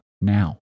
now